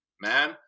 man